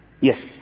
yes